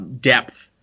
depth